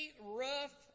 rough